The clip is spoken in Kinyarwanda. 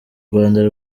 rwanda